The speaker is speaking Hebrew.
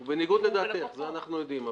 הוא בניגוד לדעתך, את זה אנחנו יודעים.